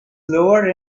lower